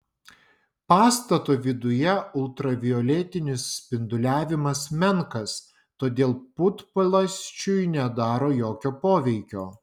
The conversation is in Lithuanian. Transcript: pastato viduje ultravioletinis spinduliavimas menkas todėl putplasčiui nedaro jokio poveikio